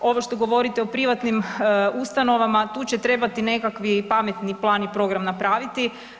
Ovo što govorite o privatnim ustanovama, tu će trebati nekakvi pametni plan i program napraviti.